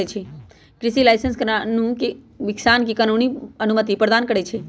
कृषि लाइसेंस किसान के कानूनी अनुमति प्रदान करै छै